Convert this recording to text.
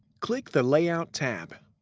click the layout tab.